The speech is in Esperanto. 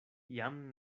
jam